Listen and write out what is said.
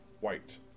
white